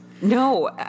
No